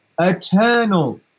eternal